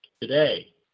today